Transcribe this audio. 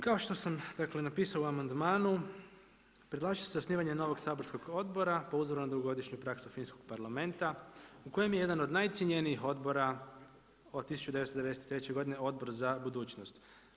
Kao što sam napisao u amandmanu predlaže se osnivanje novog saborskog odbora po uzoru na dugogodišnju praksu Finskog parlamenta u kojem je jedan od najcjenjenijih odbora od 1993. godine Odbor za budućnost.